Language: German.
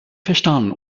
verstanden